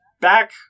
Back